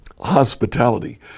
hospitality